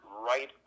right